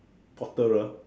potterer